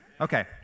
Okay